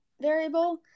variable